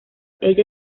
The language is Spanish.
ella